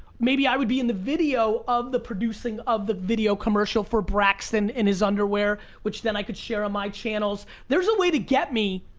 maybe i would be in the video of the producing, of the video commercial for braxton in his underwear, which then i could share on my channels. there's a way to get me.